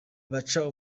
baca